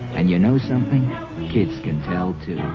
and you know something kids can tell to